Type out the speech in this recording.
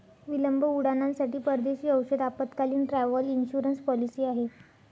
विलंब उड्डाणांसाठी परदेशी औषध आपत्कालीन, ट्रॅव्हल इन्शुरन्स पॉलिसी आहे